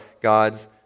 God's